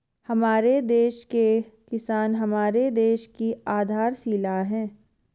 हमारे देश के किसान हमारे देश की आधारशिला है